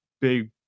big